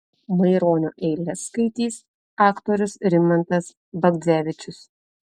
maironio eiles skaitys aktorius rimantas bagdzevičius